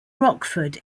rockford